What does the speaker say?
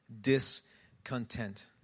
discontent